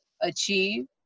achieve